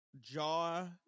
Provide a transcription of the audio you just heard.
Jaw